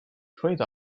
trade